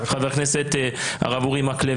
חה"כ הרב אורי מקלב,